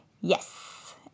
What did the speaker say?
Yes